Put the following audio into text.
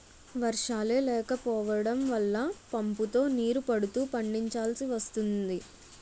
వర్షాలే లేకపోడం వల్ల పంపుతో నీరు పడుతూ పండిచాల్సి వస్తోంది